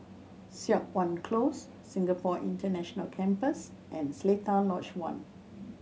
Siok Wan Close Singapore International Campus and Seletar Lodge One